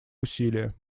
усилия